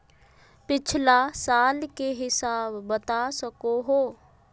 पिछला साल के हिसाब बता सको हो?